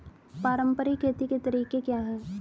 पारंपरिक खेती के तरीके क्या हैं?